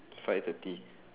five eh thirty